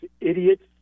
idiots